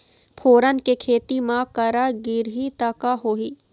फोरन के खेती म करा गिरही त का होही?